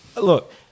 Look